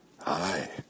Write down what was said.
Hi